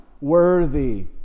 Worthy